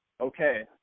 okay